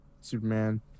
Superman